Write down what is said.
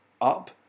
up